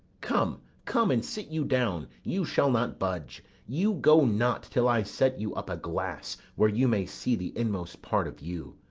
come, come, and sit you down you shall not budge you go not till i set you up a glass where you may see the inmost part of you.